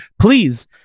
please